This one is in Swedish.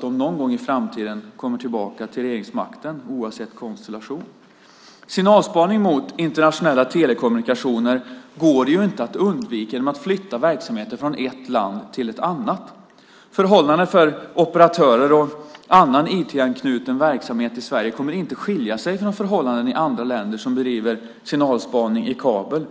de någon gång i framtiden kommer tillbaka till regeringsmakten, oavsett konstellation. Signalspaning mot internationella telekommunikationer går inte att undvika genom att man flyttar verksamheten från ett land till ett annat. Förhållandet för operatörer och annan IT-anknuten verksamhet i Sverige kommer inte att skilja sig från förhållandena i andra länder som bedriver signalspaning i kabel.